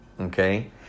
okay